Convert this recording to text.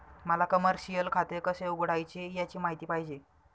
मला कमर्शिअल खाते कसे उघडायचे याची माहिती पाहिजे